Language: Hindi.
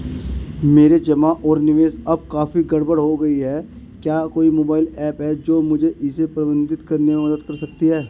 मेरे जमा और निवेश अब काफी गड़बड़ हो गए हैं क्या कोई मोबाइल ऐप है जो मुझे इसे प्रबंधित करने में मदद कर सकती है?